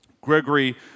Gregory